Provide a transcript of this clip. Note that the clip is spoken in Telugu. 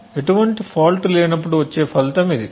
కాబట్టి ఎటువంటి ఫాల్ట్ లేనప్పుడు వచ్చే ఫలితం ఇది